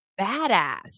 badass